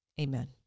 Amen